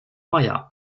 meier